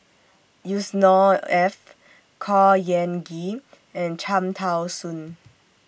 Yusnor Ef Khor Ean Ghee and Cham Tao Soon